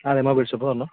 അതെ mobile shop പറഞ്ഞോ